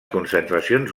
concentracions